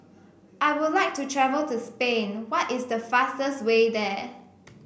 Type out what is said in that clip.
I would like to travel to Spain why is the fastest way there